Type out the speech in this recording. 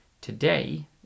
today